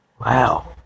Wow